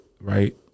right